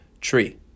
Tree